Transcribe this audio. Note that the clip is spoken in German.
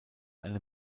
eine